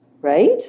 right